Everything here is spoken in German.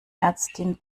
ärztin